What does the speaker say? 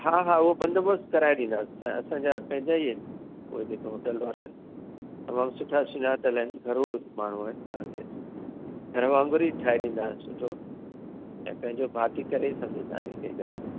हा हा उहो बंदोबस्तु कराइ ॾींदासीं त असांजा पंहिंजा ई आहिनि उहे जेके होटल वारा आहिनि तमामु सुठा सुञांतल आहिनि घरू माण्हू आहिनि तव्हांखे घरु वाङुर ई ठाहे ॾींदा सुठो ऐं पंहिंजो भाती करे ई सम्झंदा आहिनि हिते हा